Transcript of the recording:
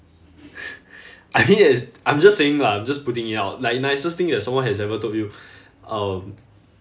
I mean it's I'm just saying lah I'm just putting it out like nicest thing that someone has ever told you um